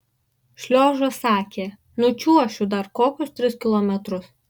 šliožas sakė nučiuošiu dar kokius tris kilometrus